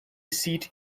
seat